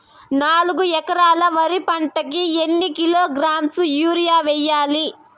నాలుగు ఎకరాలు వరి పంటకి ఎన్ని కిలోగ్రాముల యూరియ వేయాలి?